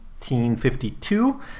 1952